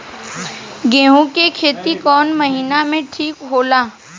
गेहूं के खेती कौन महीना में ठीक होला?